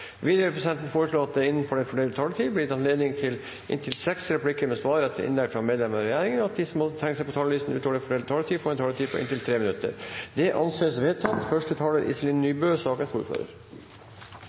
Videre vil presidenten foreslå at det – innenfor den fordelte taletid – blir gitt anledning til inntil seks replikker med svar etter innlegg fra medlemmer av regjeringen, og at de som måtte tegne seg på talerlisten utover den fordelte taletid, får en taletid på inntil 3 minutter. – Det anses vedtatt.